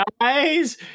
guys